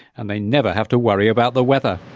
and they never have to worry about the weather.